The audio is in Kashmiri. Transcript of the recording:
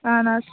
اَہَن حظ